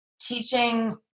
teaching